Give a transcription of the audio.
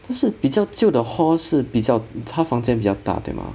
这是比较旧的 hall 是比较它房间比较大的吗